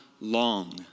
long